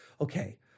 okay